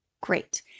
Great